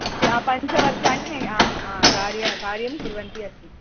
एक्स्पि आ पञ्चवर्षाणि कार्य कार्यं कुर्वन्ती अस्मि